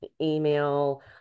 email